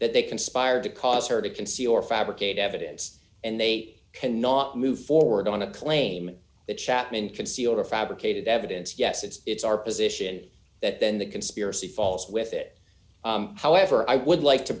that they conspired to cause her to concede or fabricate evidence and they cannot move forward on a claim that chapman can see over fabricated evidence yes it's our position that then the conspiracy falls with it however i would like to